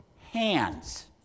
hands